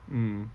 mm